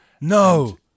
No